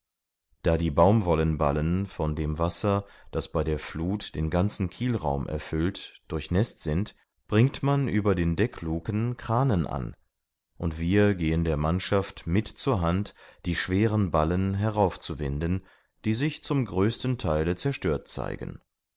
da die baumwollenballen von dem wasser das bei der fluth den ganzen kielraum erfüllt durchnäßt sind bringt man über den deckluken krahnen an und wir gehen der mannschaft mit zur hand die schweren ballen herauf zu winden die sich zum größten theile zerstört zeigen